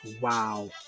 wow